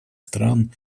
стран